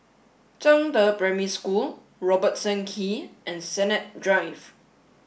Zhangde Primary School Robertson Quay and Sennett Drive